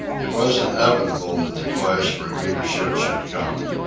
it was inevitable that the clash for leadership should come.